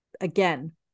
again